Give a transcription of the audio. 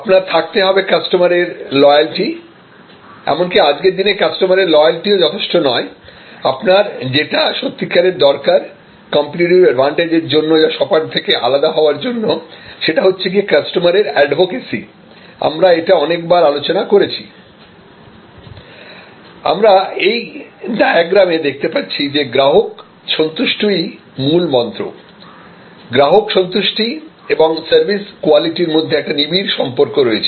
আপনার থাকতে হবে কাস্টমারের লয়ালটি এমনকি আজকের দিনে কাস্টমারের লয়ালিটি ও যথেষ্ট নয় আপনার যেটা সত্যিকারের দরকার কম্পিটিটিভ অ্যাডভান্টেজ এর জন্য বা সবার থেকে আলাদা হওয়ার জন্য সেটা হচ্ছে গিয়ে কাস্টমারের অ্যাডভোকেসি আমরা এটা অনেকবার আলোচনা করেছি আমরা এই ডায়াগ্রামে দেখতে পাচ্ছি যে গ্রাহক সন্তুষ্টিই মূল মন্ত্র গ্রাহক সন্তুষ্টি এবং সার্ভিস কোয়ালিটির মধ্যে একটা নিবিড় সম্পর্ক রয়েছে